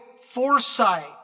foresight